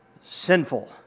sinful